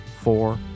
four